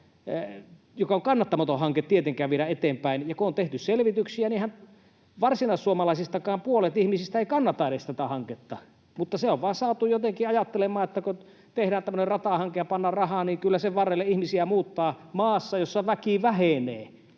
joka on kannattamaton, tietenkään kannata viedä eteenpäin, ja kun on tehty selvityksiä, niin varsinaissuomalaisistakaan ihmisistä edes puolet ei kannata tätä hanketta. On vaan saatu jotenkin ajattelemaan, että kun tehdään tämmöinen ratahanke ja pannaan rahaa, niin kyllä sen varrelle ihmisiä muuttaa. Maassa, jossa väki vähenee,